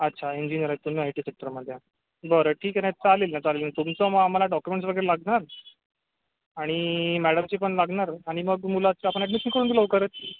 अच्छा इंजिनियर आहेत तुम्ही आय टी सेक्टरमध्ये बरं ठीक आहे नाही चालेल ना चालेल तुमचं मग आम्हाला डॉक्युमेंटस वगैरे लागणार आणि मॅडमची पण लागणार आणि मग मुलाचं आपण ॲडमिशन करून देऊ लवकरच